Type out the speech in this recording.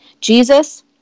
Jesus